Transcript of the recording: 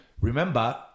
remember